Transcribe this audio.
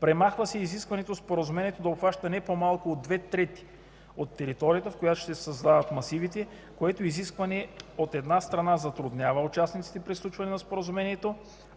Премахва се и изискването споразумението да обхваща не по-малко от две трети от територията, в която ще се създават масивите, което изискване, от една страна, затруднява участниците при сключване на споразумението,